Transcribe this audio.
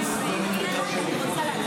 שאנחנו נעמוד עליו תמיד ואתם לא מסוגלים לקבל אותו: